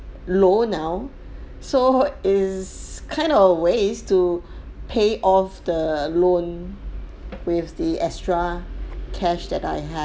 low now so it's kind of a waste to pay off the loan with the extra cash that I have